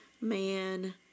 man